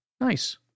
nice